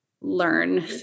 learn